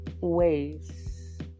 ways